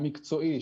המקצועי,